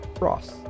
Ross